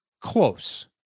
close